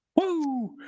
Woo